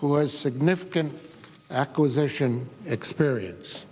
who has significant acquisition experience